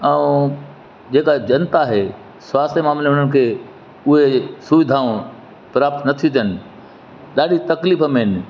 ऐं जेका जनता आहे स्वास्थ जे मामिले में उन्हनि खे उहे सुविधाऊं प्राप्त नथियूं थियनि ॾाढी तकलीफ़ु में आहिनि